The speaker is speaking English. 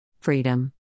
Freedom